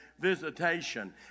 Visitation